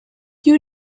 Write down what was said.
you